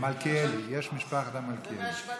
המלכיאלי, יש משפחת המלכיאלי.